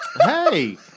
Hey